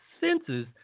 senses